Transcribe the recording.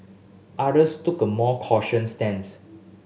others took a more cautious stance